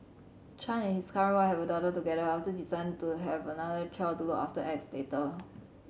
Chan and his current wife have a daughter together after deciding to have another child to look after X later